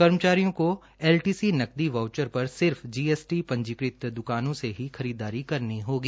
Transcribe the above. कर्मचारियों को L T C नकदी वाऊचर पर सिर्फ जीएसटी पंजीकृत दुकानों से ही खरीददारी करनी होगी